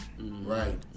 Right